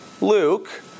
Luke